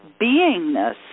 beingness